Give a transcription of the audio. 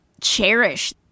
cherish